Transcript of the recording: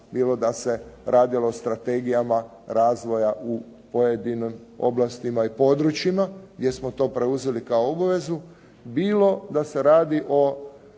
bilo da se radilo o strategijama razvoja u pojedinim oblastima i područjima gdje smo to preuzeli kao obavezu, bilo da se radi o